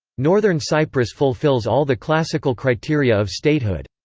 northern cyprus fulfills all the classical criteria of statehood.